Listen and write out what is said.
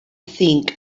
thing